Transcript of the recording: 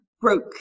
broke